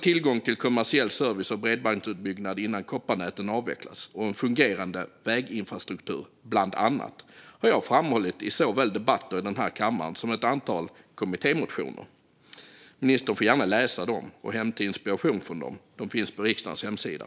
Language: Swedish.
tillgång till kommersiell service, bredbandsutbyggnad innan kopparnäten avvecklas och en fungerande väginfrastruktur har jag framhållit i såväl debatter i den här kammaren som i ett antal kommittémotioner. Ministern får gärna läsa och hämta inspiration från dem. De finns på riksdagens hemsida.